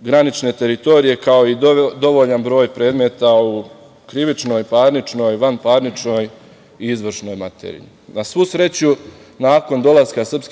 granične teritorije, kao i dovoljan broj predmeta u krivičnoj, parničnoj i vanparničnoj izvršnoj materiji. Na svu sreću, nakon dolaska SNS